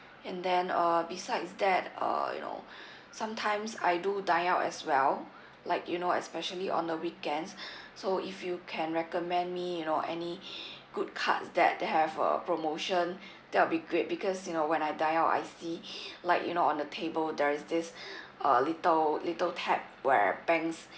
and then uh besides that uh you know sometimes I do dine out as well like you know especially on the weekends so if you can recommend me you know any good cards that have a promotion that'll be great because you know when I dine out I see like you know on the table there is this a little little tag where banks